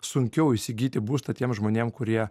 sunkiau įsigyti būstą tiem žmonėm kurie